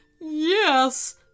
yes